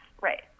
right